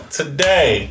today